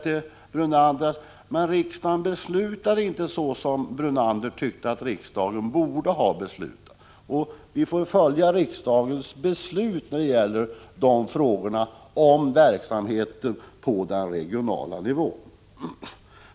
Men nu beslöt inte riksdagen på det sätt som Lennart Brunander ansåg att den borde ha beslutat. Vi får nu lov att följa riksdagens beslut vad gäller verksamheten på den regionala nivån.